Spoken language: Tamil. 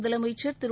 முதலமைச்சர் திரு